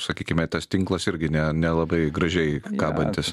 sakykime tas tinklas irgi ne nelabai gražiai kabantis